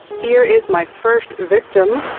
here is my first victim.